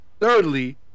Thirdly